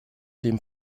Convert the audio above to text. dem